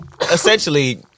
essentially